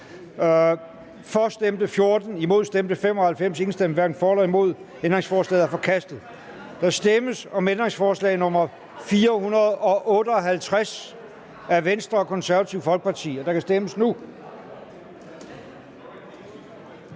for eller imod stemte 0. Ændringsforslaget er forkastet. Der stemmes om ændringsforslag nr. 458 af Venstre og Det Konservative Folkeparti, og der kan stemmes nu.